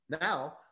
Now